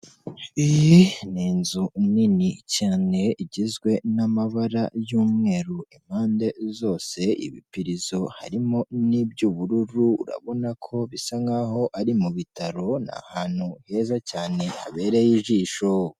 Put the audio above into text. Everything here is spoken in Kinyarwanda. Iyi ni inzu nini cyane igizwe n'amabara y'umweru impande zose, ibipirizo harimo n'iby'ubururu, urabona ko bisa nk'aho ari mu bitaro, ni ahantu heza cyane, habereye ijisho.